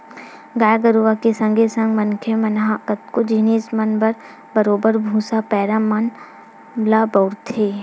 गाय गरुवा के संगे संग मनखे मन ह कतको जिनिस मन म बरोबर भुसा, पैरा मन ल बउरथे